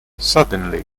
suddenly